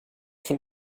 von